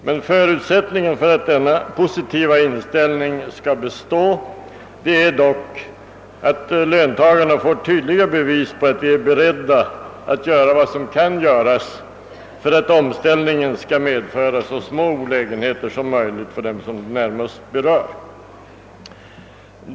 Men förutsättningen för att denna positiva inställning skall bestå är att löntagarna får tydliga bevis på att vi är beredda att göra vad som kan göras för att omställningen skall medföra så små olägenheter som möjligt för dem som närmast berörs.